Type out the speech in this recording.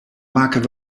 maken